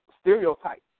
stereotype